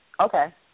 Okay